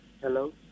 hello